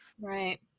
Right